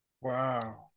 Wow